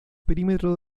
perímetro